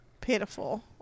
Pitiful